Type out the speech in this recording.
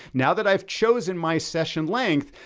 now that i've chosen my session length,